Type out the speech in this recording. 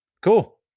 Cool